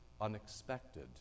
unexpected